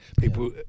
people